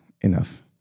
enough